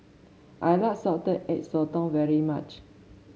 I like Salted Egg Sotong very much